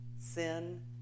sin